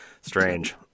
strange